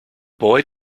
boy